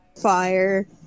Fire